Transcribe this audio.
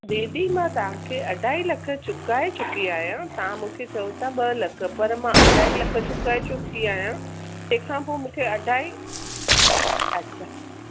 दीदी मां तव्हां खे अढाई लख चुकाए चुकी आहियां तव्हां मूंखे चयो था ॿ लख पर मां अढाई लख चुकाए चुकी अहियां तंहिंखां पोइ मूंखे अढाई अच्छा